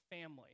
family